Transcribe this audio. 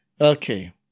Okay